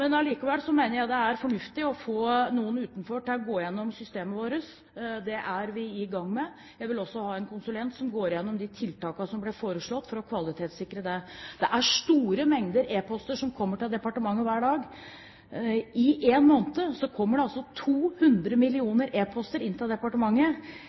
er fornuftig å få noen utenfra til å gå igjennom systemet vårt. Det er vi i gang med. Jeg vil også ha en konsulent til å gå igjennom de tiltakene som ble foreslått, for å kvalitetssikre det. Det er store mengder e-post som kommer til departementet hver dag. På én måned kommer det altså 200